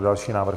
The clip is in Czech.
Další návrh.